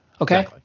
okay